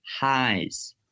highs